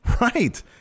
right